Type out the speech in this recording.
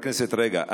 רגע,